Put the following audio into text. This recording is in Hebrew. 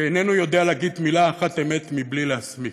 שאיננו יודע להגיד מילה אחת אמת מבלי להסמיק.